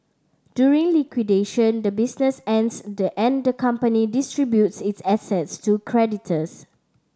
during liquidation the business ends the and the company distributes its assets to creditors